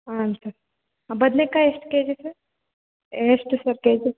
ಹಾಂ ಸರ್ ಬದನೆಕಾಯಿ ಎಷ್ಟು ಕೆ ಜಿ ಸರ್ ಎಷ್ಟು ಸರ್ ಕೆ ಜಿ